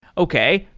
okay.